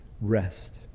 rest